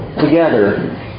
together